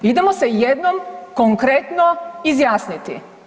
Idemo se jednom konkretno izjasniti.